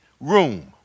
room